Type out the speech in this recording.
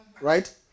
right